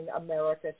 America